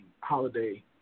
holiday